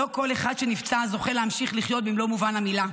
לא כל אחד שנפצע זוכה להמשיך לחיות במלוא מובן המילה.